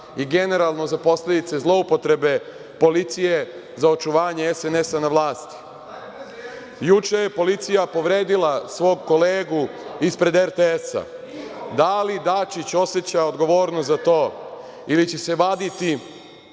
i generalno za posledice zloupotrebe policije za očuvanje SNS-a na vlasti? Juče je policija povredila svog kolegu ispred RTS-a. Da li Dačić oseća odgovornost za to ili će se vaditi